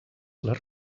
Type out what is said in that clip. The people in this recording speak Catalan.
les